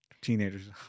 teenagers